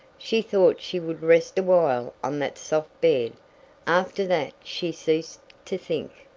she thought she would rest awhile on that soft bed after that she ceased to think!